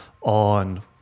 on